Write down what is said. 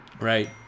right